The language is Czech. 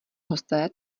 hosté